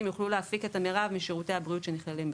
יוכלו להפיק את המרב משירותי הבריאות שנכללים בסל.